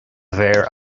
mhéar